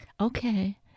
Okay